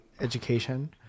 education